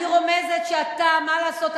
אני רומזת שאתה, מה לעשות?